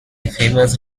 famous